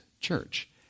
church